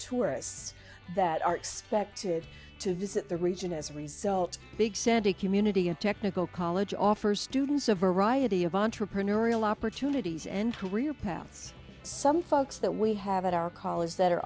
tourists that are expected to visit the region as a result big sandy community and technical college offers students a variety of entrepreneurial opportunities and career paths some folks that we have at our colleges that are